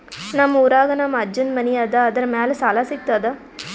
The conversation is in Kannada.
ನಮ್ ಊರಾಗ ನಮ್ ಅಜ್ಜನ್ ಮನಿ ಅದ, ಅದರ ಮ್ಯಾಲ ಸಾಲಾ ಸಿಗ್ತದ?